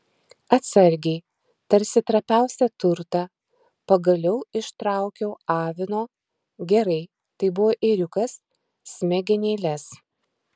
atsargiai tarsi trapiausią turtą pagaliau ištraukiau avino gerai tai buvo ėriukas smegenėles